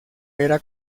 era